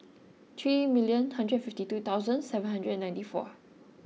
three million hundred fifty two thousand seven hundred and ninety four